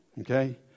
Okay